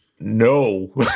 No